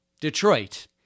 Detroit